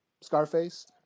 Scarface